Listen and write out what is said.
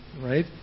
right